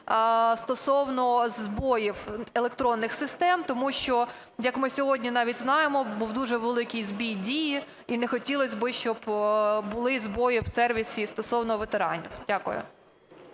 стосовно збоїв електронних систем, тому що, як ми сьогодні навіть знаємо, був дуже великий збій Дії, і не хотілося б, щоб були збої в сервісі стосовно ветеранів. Дякую.